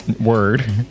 word